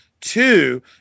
two